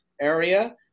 area